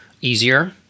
easier